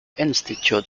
institute